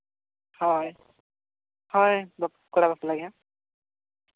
ᱦᱳᱭ ᱦᱳᱭ ᱠᱚᱲᱟ ᱵᱟᱯᱞᱟᱜᱮ